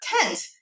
tent